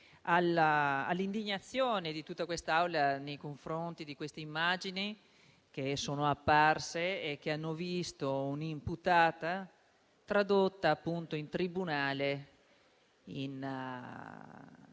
all'indignazione di tutta l'Aula nei confronti delle immagini che sono apparse e che hanno visto un'imputata tradotta in tribunale *in